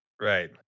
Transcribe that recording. Right